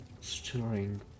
stirring